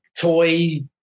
toy